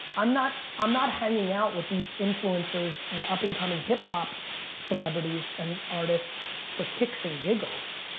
i'm not, i'm not hanging out with these influencers and up-and-coming hip hop celebrities and artists for kicks and giggles.